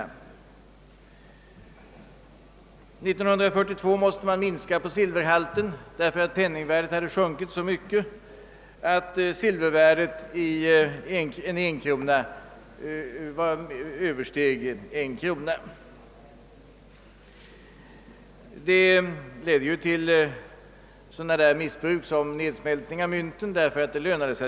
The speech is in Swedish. År 1942 måste man minska på silverhalten därför att penningvärdet hade sjunkit så mycket att silvervärdet i en enkrona översteg myntets nominella värde. Det ledde till sådant missbruk som nedsmältning av mynten — sådan nedsmältning lönade sig.